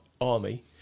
army